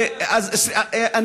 אבל זה המצב.